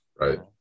right